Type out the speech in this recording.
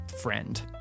friend